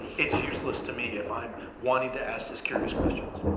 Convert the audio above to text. it's useless to me if i'm wanting to ask those curious questions.